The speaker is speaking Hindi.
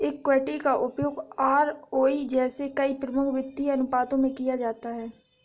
इक्विटी का उपयोग आरओई जैसे कई प्रमुख वित्तीय अनुपातों में किया जाता है